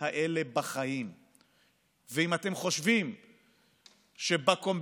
אתם לא